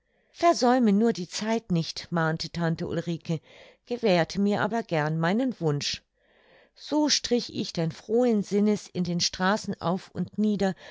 versäume nur die zeit nicht mahnte tante ulrike gewährte mir aber gern meinen wunsch so strich ich denn frohen sinnes in den straßen auf und nieder